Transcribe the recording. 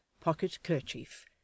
pocket-kerchief